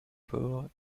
pauvre